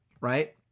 right